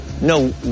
no